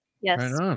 Yes